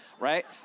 Right